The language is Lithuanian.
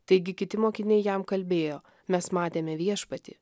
taigi kiti mokiniai jam kalbėjo mes matėme viešpatį